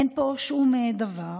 אין פה שום דבר,